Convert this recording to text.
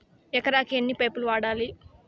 ఎకరాకి ఎన్ని పైపులు వాడాలి?